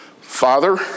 Father